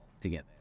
together